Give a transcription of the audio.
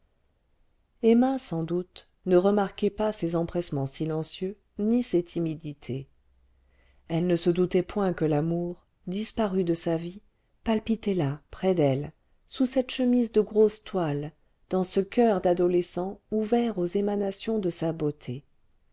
emma sans doute ne remarquait pas ses empressements silencieux ni ses timidités elle ne se doutait point que l'amour disparu de sa vie palpitait là près d'elle sous cette chemise de grosse toile dans ce coeur d'adolescent ouvert aux émanations de sa beauté